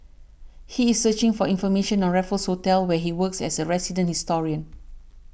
he is searching for information on Raffles Hotel where he works as a resident historian